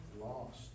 lost